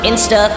Insta